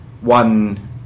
one